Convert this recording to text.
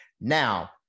Now